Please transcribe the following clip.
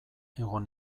egon